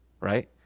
Right